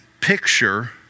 picture